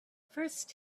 first